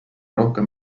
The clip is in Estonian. rohkem